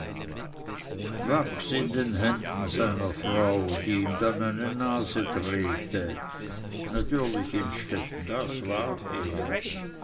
seiner frau die ihm dann eine nase drehte natürlich innstetten das war er